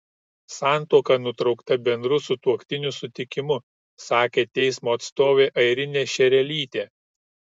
santuoka nutraukta bendru sutuoktinių sutikimu sakė teismo atstovė airinė šerelytė